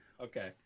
Okay